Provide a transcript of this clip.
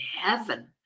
heaven